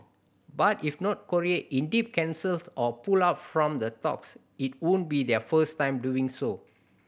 but if North Korea indeed cancels or pull out from the talks it wouldn't be their first time doing so